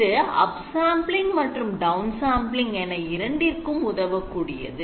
இது up sampling மற்றும் down sampling என இரண்டிற்கும் உதவக்கூடியது